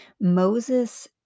moses